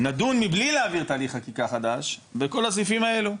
נדון מבלי להעביר תהליך חקיקה חדש בכל הסעיפים האלו.